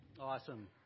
Awesome